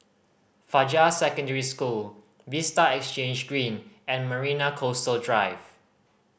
Fajar Secondary School Vista Exhange Green and Marina Coastal Drive